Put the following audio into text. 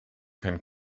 can